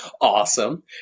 awesome